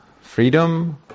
freedom